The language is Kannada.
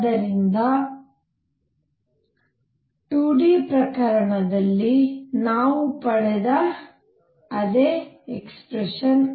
ಆದ್ದರಿಂದ ಇದು 2D ಪ್ರಕರಣದಲ್ಲಿ ನಾವು ಪಡೆದ ಅದೇ ಎಕ್ಸ್ಪ್ರೆಶನ್